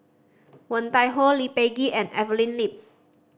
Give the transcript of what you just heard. Woon Tai Ho Lee Peh Gee and Evelyn Lip